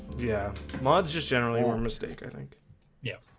yeah mods just general or mistake i think yeah.